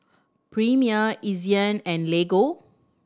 Premier Ezion and Lego